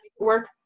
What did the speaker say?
work